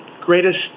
greatest